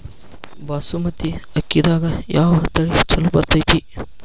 ಬಾಸುಮತಿ ಅಕ್ಕಿದಾಗ ಯಾವ ತಳಿ ಛಲೋ ಬೆಳಿತೈತಿ?